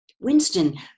Winston